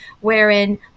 wherein